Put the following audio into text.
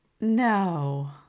no